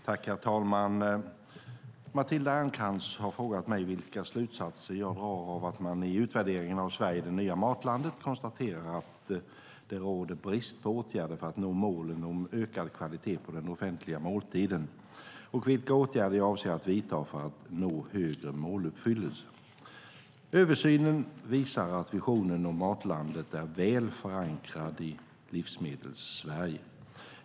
Herr talman! Matilda Ernkrans har frågat mig vilka slutsatser jag drar av att man i utvärderingen av "Sverige - det nya matlandet" konstaterar att det råder brist på åtgärder för att nå målen om ökad kvalitet på den offentliga måltiden och vilka åtgärder jag avser att vidta för att nå högre måluppfyllelse. Översynen visar att visionen om Matlandet är väl förankrad i Livsmedelssverige.